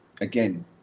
Again